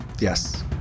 Yes